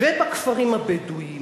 ובכפרים הבדואיים